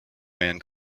man